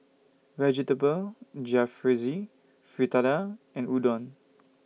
Vegetable Jalfrezi Fritada and Udon